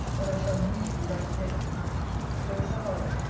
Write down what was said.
that i shall immediately write again clarissa harlowe.